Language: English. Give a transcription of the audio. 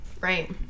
Right